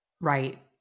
Right